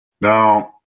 Now